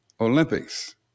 Olympics